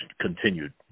continued